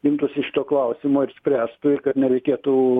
imtųsi šito klausimo ir spręstų ir kad nereikėtų